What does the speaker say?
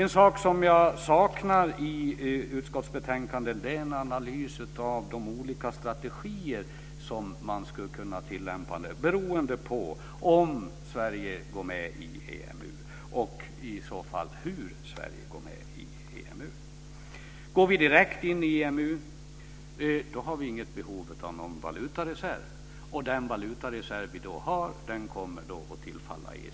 Något som jag saknar i utskottsbetänkandet är en analys av de olika strategier som man skulle kunna tillämpa beroende på om Sverige går med i EMU och i så fall hur Sverige går med i EMU. Går vi direkt in i EMU har vi inget behov av någon valutareserv. Den valutareserv vi då har kommer att tillfalla ECB.